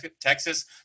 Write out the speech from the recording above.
Texas